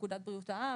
פקודת בריאות העם,